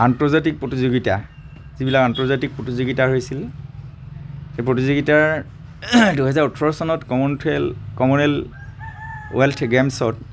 আন্তৰ্জাতিক প্ৰতিযোগিতা যিবিলাক আন্তৰ্জাতিক প্ৰতিযোগিতা হৈছিল সেই প্ৰতিযোগিতাৰ দুহেজাৰ ওঠৰ চনত কমনৱেলথ গেমছত